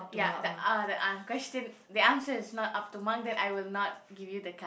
ya the uh the uh question the answer is not up to mark then I will not give you the card